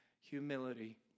humility